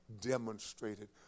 demonstrated